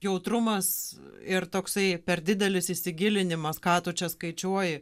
jautrumas ir toksai per didelis įsigilinimas ką tu čia skaičiuoji